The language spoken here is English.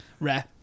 Rare